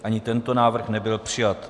Ani tento návrh nebyl přijat.